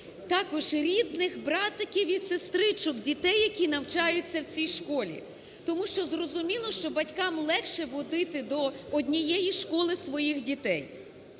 також рідних братиків і сестричок дітей, які навчаються в цій школі. Тому що зрозуміло, що батькам легше водити до однієї школи своїх дітей.